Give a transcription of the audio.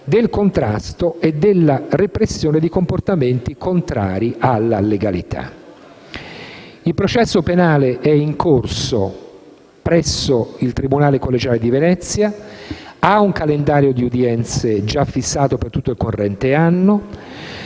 del contrasto e della repressione di comportamenti contrari alla legalità. Il processo penale è in corso presso il tribunale collegiale di Venezia e ha un calendario di udienze già fissato per il corrente anno.